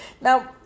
Now